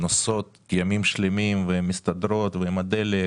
והן נוסעות ימים שלמים ומסתדרות עם הדלק,